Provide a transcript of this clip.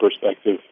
perspective